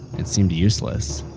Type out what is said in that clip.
it seemed useless.